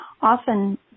often